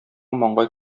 маңгай